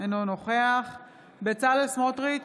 אינו נוכח בצלאל סמוטריץ'